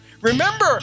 Remember